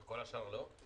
וכל השאר לא?